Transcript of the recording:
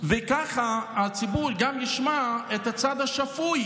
וככה הציבור גם ישמע את הצד השפוי.